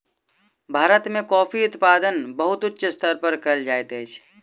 भारत में कॉफ़ी उत्पादन बहुत उच्च स्तर पर कयल जाइत अछि